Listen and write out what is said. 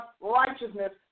righteousness